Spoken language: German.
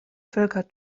völker